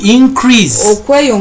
increase